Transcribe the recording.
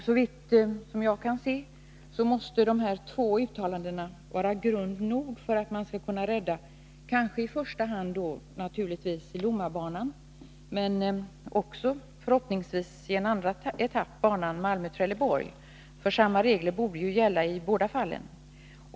Såvitt jag kan se måste dessa två uttalanden vara grund nog för att man skall kunna rädda i första hand Lommabanan, men förhoppningsvis i en andra etapp kanske också banan Malmö-Trelleborg. Samma regler borde ju gälla i båda fallen.